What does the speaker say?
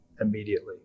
immediately